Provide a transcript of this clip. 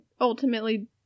ultimately